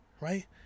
right